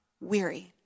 weary